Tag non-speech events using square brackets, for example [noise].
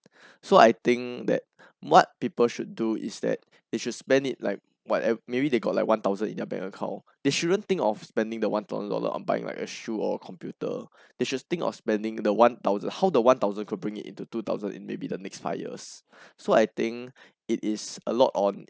[breath] so I think that [breath] what people should do is that they should spend it like whatever maybe they got like one thousand in their bank account they shouldn't think of spending the one thousand dollar on buying like a shoe or computer [breath] they should think of spending the one thousand how the one thousand could bring it into two thousand in maybe the next five years [breath] so I think it is a lot on